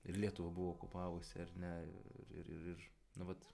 ir lietuvą buvo okupavusi ar ne ir ir ir nu vat